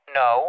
no